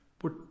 put